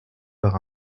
par